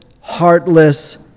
heartless